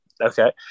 okay